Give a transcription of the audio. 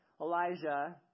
Elijah